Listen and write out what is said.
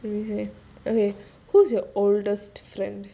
okay okay who's your oldest friend